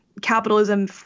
capitalism